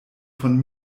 von